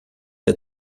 der